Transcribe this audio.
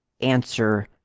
answer